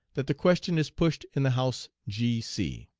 that the question is pushed in the house. g c.